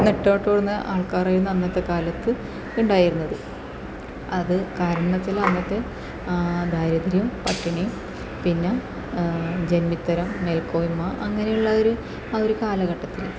നെട്ടോട്ടമൊടുന്ന ആൾക്കാരായിരുന്നു അന്നത്തെ കാലത്ത് ഉണ്ടായിരുന്നത് അത് കാരണെന്തെച്ചാൽ അന്നത്തെ ദാരിദ്ര്യവും പട്ടിണിയും പിന്നെ ജന്മിത്തരം മേൽക്കോയ്മ അങ്ങനെയുള്ള ഒരു ആ ഒരു കാലഘട്ടത്തിൽ